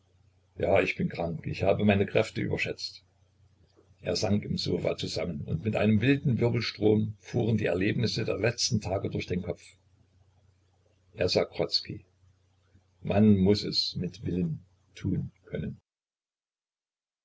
ja ich bin krank ich habe meine kräfte überschätzt er sank im sofa zusammen und in einem wilden wirbelstrom fuhren die erlebnisse der letzten tage durch den kopf er sah grodzki man muß es mit willen tun können